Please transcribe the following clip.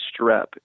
strep